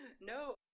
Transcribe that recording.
No